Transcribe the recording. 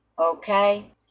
okay